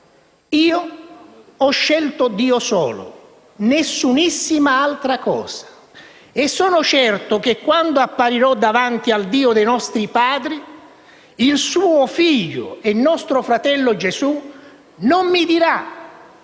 «Io ho scelto Dio solo, nessunissima altra cosa» e sono certo che quando apparirò davanti al Dio dei nostri padri, il suo figlio e nostro fratello Gesù non mi dirà: